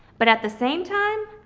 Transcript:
but at the same time.